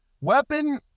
weapon